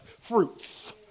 Fruits